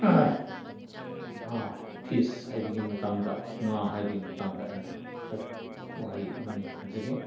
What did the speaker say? fees ꯍꯥꯏꯕꯒꯤ ꯃꯇꯥꯡꯗ ꯉꯥ ꯍꯥꯏꯕꯒꯤ ꯃꯇꯥꯡꯗ ꯑꯩꯅ ꯈꯔ ꯋꯥꯍꯩ ꯑꯃꯅꯤ ꯊꯝꯖꯒꯦ